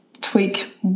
tweak